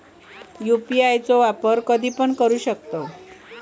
UPI चो वापर कधीपण करू शकतव?